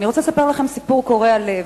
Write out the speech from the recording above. אני רוצה לספר לכם סיפור קורע לב.